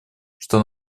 что